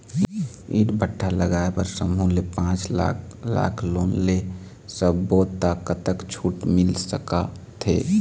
ईंट भट्ठा लगाए बर समूह ले पांच लाख लाख़ लोन ले सब्बो ता कतक छूट मिल सका थे?